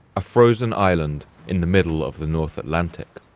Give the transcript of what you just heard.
a frozen island in the middle of the north atlantic.